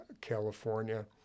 California